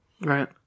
Right